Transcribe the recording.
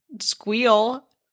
squeal